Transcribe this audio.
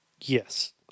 Yes